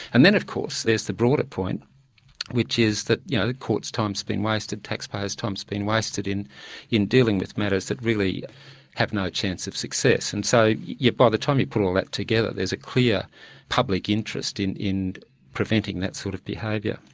and then of course there's the broader point which is that yeah the court's times been wasted, taxpayers' time's being wasted in in dealing with matters that really have no chance of success, and so yeah by the time you put all together there's a clear public interest in in preventing that sort of behaviour.